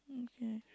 okay